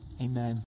Amen